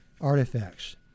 artifacts